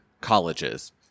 colleges